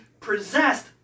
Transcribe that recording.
possessed